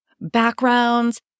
backgrounds